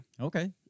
Okay